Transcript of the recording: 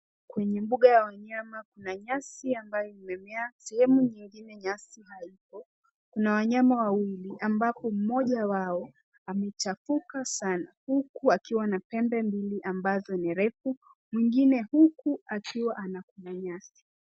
Kwenye mbuga ya wanyama kuna nyasi ambayo imemea sehemu nyengine nyasi haiko. Kuna wanyama wawili ambapo mmoja wao amechafuka sana huku akiwa na pembe mbili ambazo ni refu. Mwengine huku akiwa anakula nyasi.